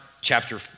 chapter